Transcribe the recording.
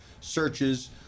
searches